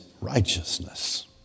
righteousness